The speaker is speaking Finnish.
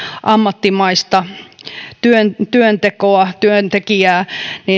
ammattimaista työntekijää